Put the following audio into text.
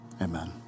Amen